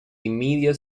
immediate